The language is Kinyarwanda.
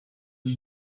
ari